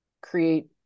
create